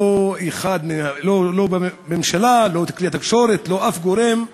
לא בממשלה, לא בכלי התקשורת, לא אף גורם,